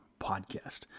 podcast